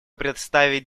представить